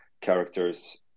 characters